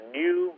new